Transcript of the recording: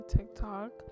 TikTok